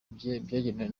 byemewe